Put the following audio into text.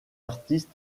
artistes